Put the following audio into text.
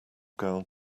girl